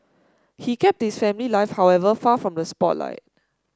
he kept this family life however far from the spotlight